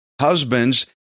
husbands